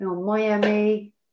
Miami